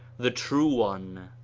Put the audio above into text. the true one.